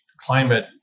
climate